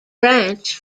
branch